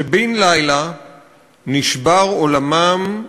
שבן-לילה נשבר עולמם,